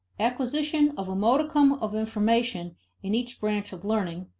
acquisition of a modicum of information in each branch of learning,